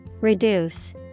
Reduce